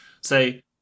say